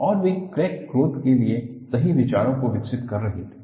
और वे crack growth के लिए सही विचारों को विकसित कर सकते थे